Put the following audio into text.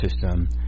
system